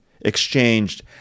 exchanged